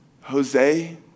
Jose